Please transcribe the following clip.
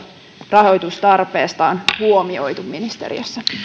rahoitustarpeesta on huomioitu ministeriössä